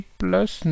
plus